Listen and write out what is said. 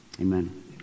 Amen